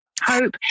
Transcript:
hope